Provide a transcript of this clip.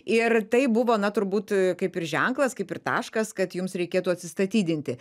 ir tai buvo na turbūt kaip ir ženklas kaip ir taškas kad jums reikėtų atsistatydinti